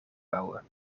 bouwen